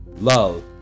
love